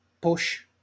push